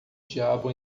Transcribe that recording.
diabo